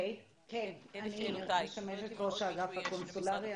אני ראש האגף הקונסולרי,